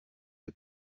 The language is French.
est